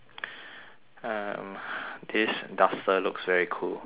um this duster looks very cool